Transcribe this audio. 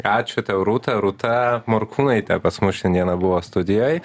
ačiū tau rūta rūta morkūnaitė pas mus šiandieną buvo studijoj